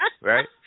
Right